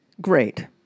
Great